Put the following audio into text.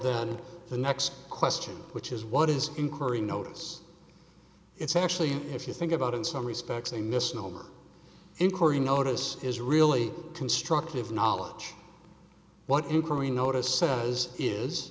on the next question which is what is incurring notice it's actually if you think about in some respects a misnomer in korean notice is really constructive knowledge what inquiry noticed s